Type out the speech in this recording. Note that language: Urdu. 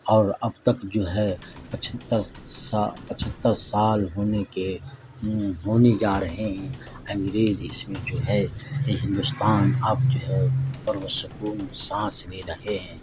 اور اب تک جو ہے پچہتر سا پچہتر سال ہونے کے ہونے جا رہے ہیں انگریز اس میں جو ہے کہ ہندوستان اب جو ہے پرسکون سانس میں رہے ہیں